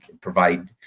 provide